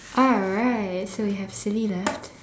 alright so we have silly left